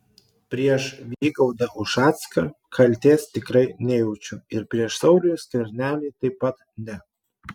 prieš vygaudą ušacką kaltės tikrai nejaučiu ir prieš saulių skvernelį taip pat ne